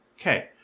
Okay